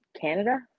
Canada